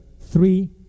three